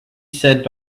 said